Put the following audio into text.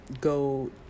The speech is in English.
go